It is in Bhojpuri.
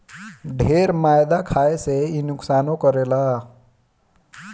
ढेर मैदा खाए से इ नुकसानो करेला